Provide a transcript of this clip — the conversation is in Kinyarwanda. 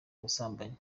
ubusambanyi